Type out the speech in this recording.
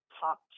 top